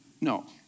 No